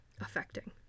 Affecting